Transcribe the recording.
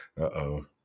Uh-oh